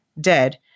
dead